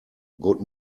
good